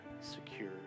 secure